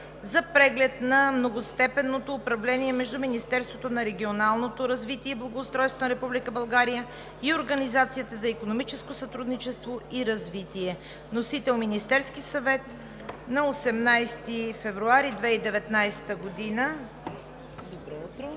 за преглед на многостепенното управление между Министерството на регионалното развитие и благоустройството на Република България и Организацията за икономическо сътрудничество и развитие (ОИСР), подписано на 11 декември 2018 г., №